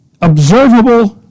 observable